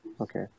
Okay